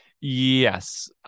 Yes